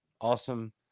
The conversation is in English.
awesome